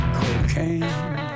cocaine